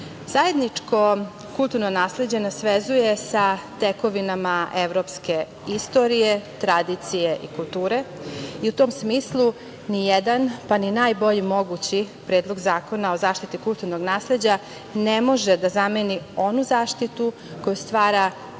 ugovora. Zajedničko kulturno nasleđe nas vezuje sa tekovinama evropske istorije, tradicije i kulture i u tom smislu ni jedan, pa ni najbolji mogući Predlog zakona o zaštiti kulturnog nasleđa ne može da zameni onu zaštitu koju stvara